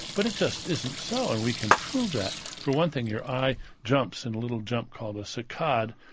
but it just isn't so, and we can prove that for one thing, your eye jumps in a little jump called a saccade.